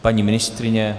Paní ministryně?